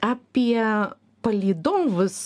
apie palydovus